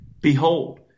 behold